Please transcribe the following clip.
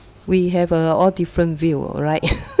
we have uh all different view alright